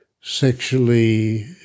sexually